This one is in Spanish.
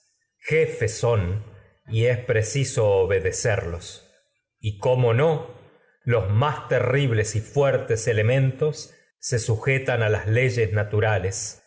jefes son preciso obedecer y cómo no los las más terribles y fuertes naturales al elementos se sujetan a nieve leyes